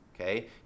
okay